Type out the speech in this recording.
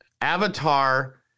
Avatar